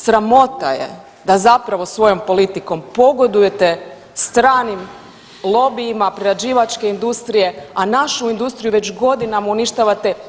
Sramota je da zapravo svojom politikom pogodujete stranim lobijima prerađivačke industrije, a našu industriju već godinama uništavate.